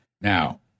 Now